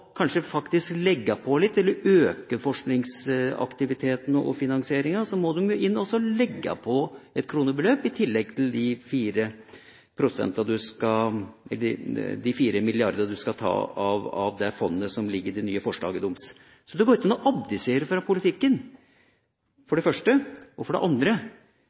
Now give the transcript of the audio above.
finansieringa, må de inn og legge på et kronebeløp i tillegg til de 4 mrd. kr du skal ta av det fondet, som ligger i det nye forslaget deres. Så det går ikke an å abdisere fra politikken. For det andre mener jeg at det